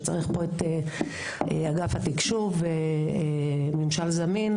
וצריך פה את אגף התקשוב וממשל זמין,